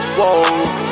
whoa